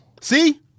See